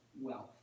wealth